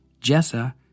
Jessa